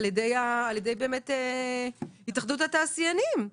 על ידי התאחדות התעשיינים.